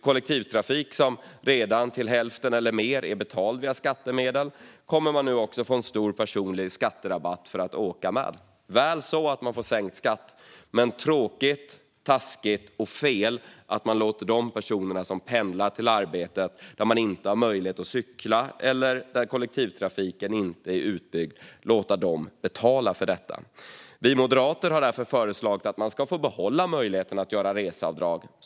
Kollektivtrafiken är redan till hälften eller mer betald med skattemedel, och man kommer nu också att få en stor personlig skatterabatt för att åka med den. Väl så - man får sänkt skatt - men tråkigt, taskigt och fel att de personer som pendlar till arbetet där det inte finns möjlighet att cykla eller där kollektivtrafiken inte är utbyggd får betala för detta. Vi moderater har därför föreslagit att man ska få behålla möjligheten att göra reseavdrag.